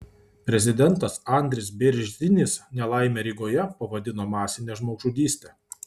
prezidentas andris bėrzinis nelaimę rygoje pavadino masine žmogžudyste